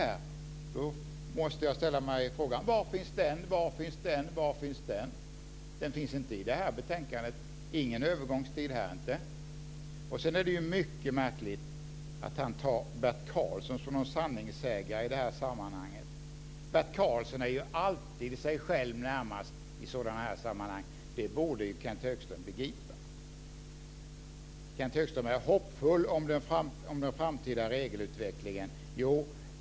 Då måste jag ställa mig frågan: Var finns den? Var finns den? Var finns den? Den finns inte i det här betänkandet. Ingen övergångstid här inte. Sedan är det ju mycket märkligt att han nämner Bert Karlsson som en sanningssägare i det här sammanhanget. Bert Karlsson är alltid sig själv närmast i sådana här sammanhang. Det borde Kenth Högström begripa. Kenth Högström är hoppfull om den framtida regelutvecklingen.